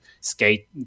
skate